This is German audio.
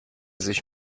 sich